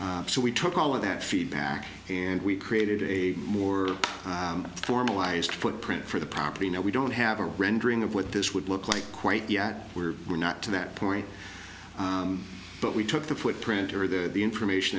so we took all of that feedback and we created a more formalized footprint for the property now we don't have a rendering of what this would look like quite yet we're we're not to that point but we took the footprint or the information